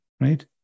right